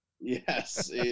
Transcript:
Yes